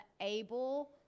able